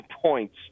points